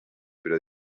pero